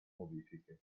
modifiche